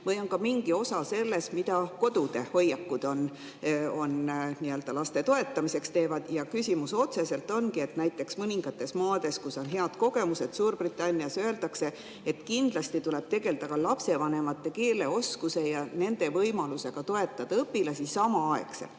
või on ka mingi osa sellel, mida kodude hoiakud laste toetamiseks teevad? Ja küsimus otseselt ongi, et näiteks mõningates maades, kus on head kogemused, [näiteks] Suurbritannias, öeldakse, et kindlasti tuleb samaaegselt tegelda ka lapsevanemate keeleoskusega ja nende võimalusega toetada õpilasi. Meil